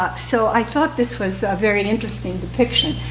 ah so i thought this was a very interesting depiction.